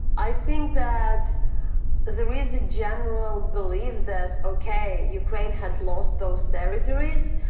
i think that there is a general belief that, okay ukraine had lost those territories,